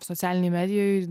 socialinėj medijoj